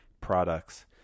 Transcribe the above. products